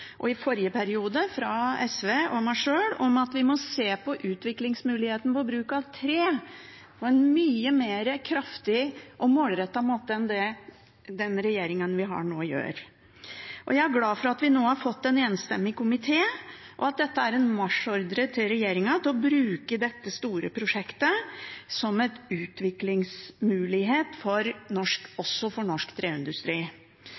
og i forrige periode fra SV og meg selv om at vi må se på utviklingsmuligheten for bruk av tre på en mye mer kraftig og målrettet måte enn det den regjeringen vi har nå, gjør. Jeg er glad for at vi nå har fått en enstemmig komité, og at dette er en marsjordre til regjeringen om å bruke dette store prosjektet som en utviklingsmulighet også for norsk